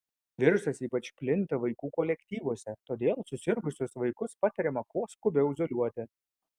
virusas ypač plinta vaikų kolektyvuose todėl susirgusius vaikus patariama kuo skubiau izoliuoti